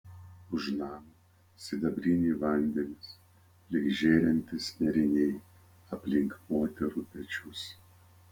už namo sidabriniai vandenys lyg žėrintys nėriniai aplink moterų pečius